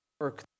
work